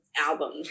album